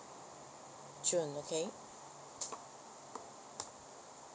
june okay